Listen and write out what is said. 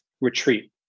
retreat